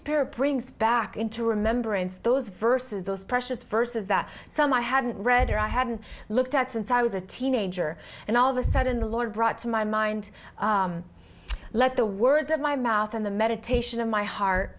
spirit brings back into remembrance those verses those precious verses that some i haven't read or i haven't looked at since i was a teenager and all of a sudden the lord brought to my mind let the words of my mouth and the meditation of my heart